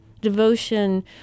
devotion